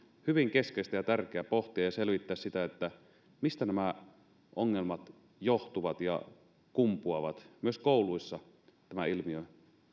hyvin keskeistä ja tärkeää pohtia ja selvittää sitä mistä nämä ongelmat johtuvat ja kumpuavat myös kouluissa tämä ilmiö